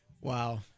Wow